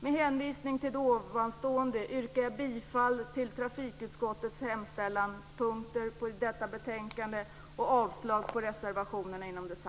Med hänvisning till det anförda yrkar jag bifall till hemställan i trafikutskottets betänkande och avslag på reservationerna.